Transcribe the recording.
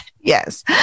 yes